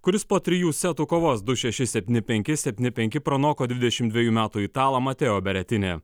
kuris po trijų setų kovos du šeši septyni penki septyni penki pranoko dvidešimt dviejų metų italą mateo beretinį